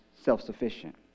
self-sufficient